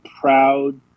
proud